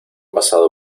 pasado